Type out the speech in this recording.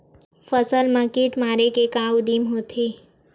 फसल मा कीट मारे के का उदिम होथे?